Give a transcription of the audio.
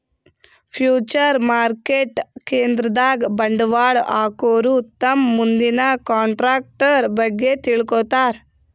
future market ಕೇಂದ್ರದಾಗ್ ಬಂಡವಾಳ್ ಹಾಕೋರು ತಮ್ ಮುಂದಿನ ಕಂಟ್ರಾಕ್ಟರ್ ಬಗ್ಗೆ ತಿಳ್ಕೋತಾರ್